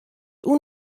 oer